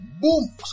Boom